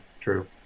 True